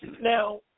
Now